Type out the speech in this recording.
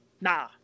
nah